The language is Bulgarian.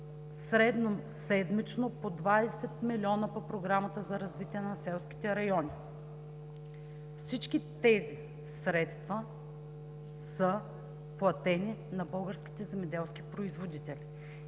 Средноседмично по 20 млн. лв. по Програмата за развитие на селските райони. Всички тези средства са платени на българските земеделски производители.